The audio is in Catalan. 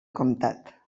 comtat